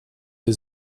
the